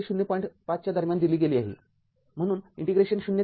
५ च्या दरम्यान दिली गेली आहे म्हणून इंटिग्रेशन ० ते ०